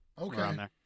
Okay